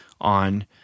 on